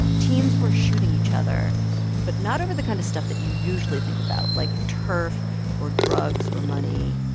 teens were shooting each other but not over the kind of stuff that you usually think about, like, turf or drugs or money.